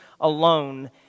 alone